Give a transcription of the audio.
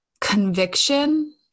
conviction